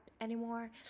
anymore